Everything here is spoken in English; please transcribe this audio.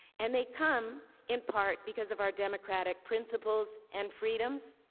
and they come in part because of our democratic principles and freedoms,